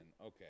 okay